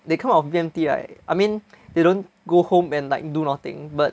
they come out of the B_M_T right I mean you don't go home and like do nothing but